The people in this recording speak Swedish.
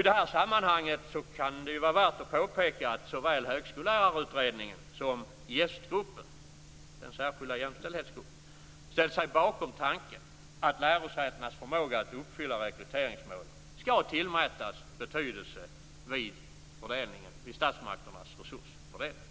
I detta sammanhang kan det var värt att påpeka att såväl Högskollärarutredningen som JÄST-gruppen, den särskilda jämställdhetsgruppen, ställt sig bakom tanken att lärosätenas förmåga att uppfylla rekryteringsmål skall tillmätas betydelse vid statsmakternas resursfördelning.